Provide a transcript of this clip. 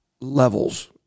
levels